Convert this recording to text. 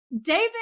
David